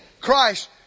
Christ